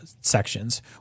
sections